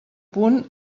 punt